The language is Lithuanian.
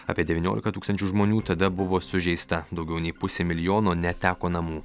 apie devyniolika tūkstančių žmonių tada buvo sužeista daugiau nei pusė milijono neteko namų